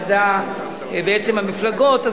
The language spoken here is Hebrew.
שזה המפלגות,